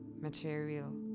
material